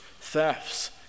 thefts